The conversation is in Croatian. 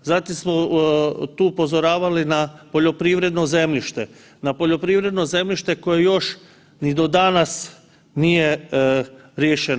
Zatim smo tu upozoravali na poljoprivredno zemljište, na poljoprivredno zemljište koje još ni do danas nije riješeno.